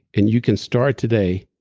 and you can start today.